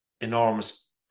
enormous